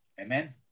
Amen